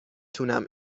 تونم